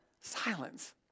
Silence